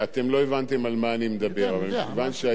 אבל מכיוון שהיום הוא יום סיום המושב אני